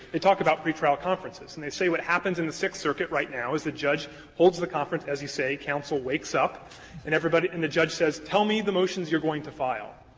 they talk about pretrial conferences. and they say what happens in the sixth circuit right now is the judge holds the conference as you say, counsel wakes up and everybody and the judge says tell me the motions you're going to file.